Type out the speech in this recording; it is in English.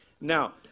Now